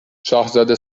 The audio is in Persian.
شاهزاده